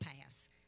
pass